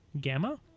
Gamma